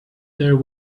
there